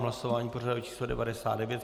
Hlasování pořadové číslo 99.